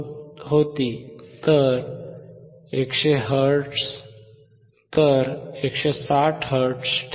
तर 160 हर्ट्ज ठेवूया